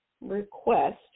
request